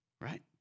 right